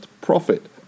profit